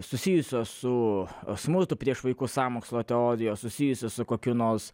susijusios su smurtu prieš vaikus sąmokslo teorijos susijusios su kokiu nors